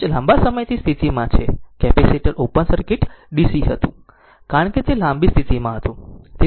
switch લાંબા સમયથી સ્થિતિમાં છે કેપેસિટર ઓપન સર્કિટ DC હતું કારણ કે તે લાંબી સ્થિતિમાં હતું